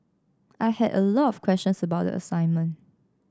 I had a lot of questions about the assignment